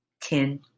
Ten